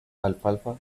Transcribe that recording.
alfalfa